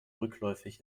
rückläufig